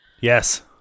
Yes